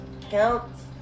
counts